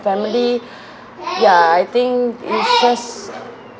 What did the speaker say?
family ya I think you trust